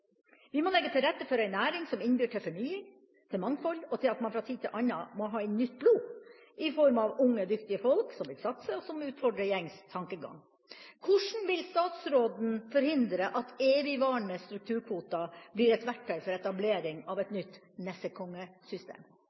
Vi må legge til rette for en næring som innbyr til fornying, til mangfold og til at man fra tid til annen må ha inn nytt blod i form av unge, dyktige folk som vil satse, og som utfordrer gjengs tankegang. Hvordan vil statsråden forhindre at evigvarende strukturkvoter blir et verktøy for etablering av et nytt